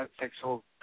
sexual